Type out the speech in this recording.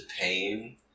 pain